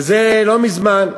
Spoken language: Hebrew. וזה לא היה מזמן,